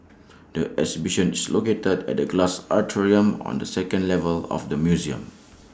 the exhibition is located at the glass atrium on the second level of the museum